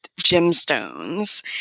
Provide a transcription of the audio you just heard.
gemstones